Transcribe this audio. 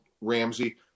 Ramsey